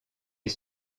est